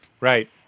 Right